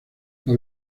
los